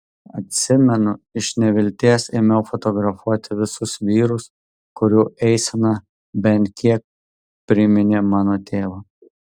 atsimenu iš nevilties ėmiau fotografuoti visus vyrus kurių eisena bent kiek priminė mano tėvą